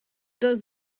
does